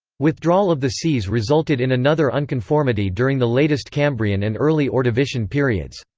withdrawal of the seas resulted in another unconformity during the latest cambrian and early ordovician periods.